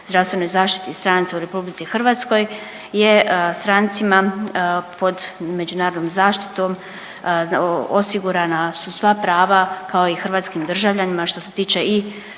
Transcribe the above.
zdravstvenoj zaštiti stranaca u RH je strancima pod međunarodnom zaštitom osigurana su sva prava kao i hrvatskim državljanima što se tiče i